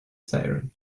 siren